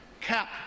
cap